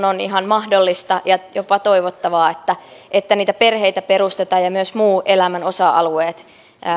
on ihan mahdollista ja jopa toivottavaa että että niitä perheitä perustetaan ja myös muut elämän osa alueet